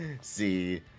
See